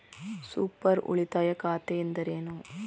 Super ಉಳಿತಾಯ ಖಾತೆ ಎಂದರೇನು?